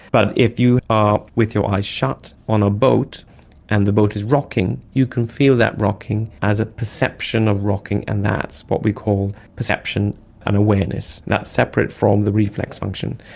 but if you are with your eyes shut on a boat and the boat is rocking, you can feel that rocking as a perception of rocking and that's what we call perception and awareness, that's separate from the reflex function.